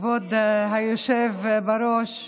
כבוד היושב בראש,